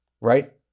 right